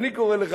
ואני קורא לך,